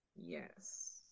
yes